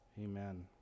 Amen